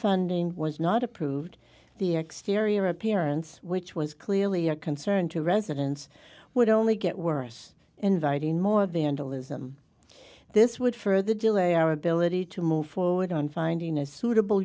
funding was not approved the exterior appearance which was clearly a concern to residents would only get worse inviting more than to lose them this would further delay our ability to move forward on finding a suitable